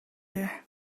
here